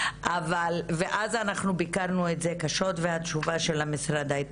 אז אנחנו ביקרנו את זה קשות והתשובה של המשרד לא